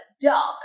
dark